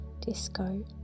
Disco